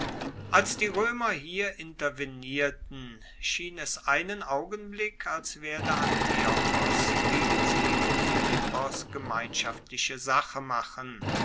als die roemer hier intervenierten schien es einen augenblick als werde antiochos gegen sie mit philippos gemeinschaftliche sache machen